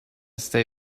stay